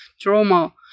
trauma